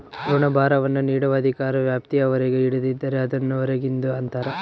ಋಣಭಾರವನ್ನು ನೀಡುವ ಅಧಿಕಾರ ವ್ಯಾಪ್ತಿಯ ಹೊರಗೆ ಹಿಡಿದಿದ್ದರೆ, ಅದನ್ನು ಹೊರಗಿಂದು ಅಂತರ